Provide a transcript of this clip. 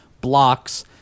blocks